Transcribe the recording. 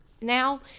now